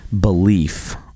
belief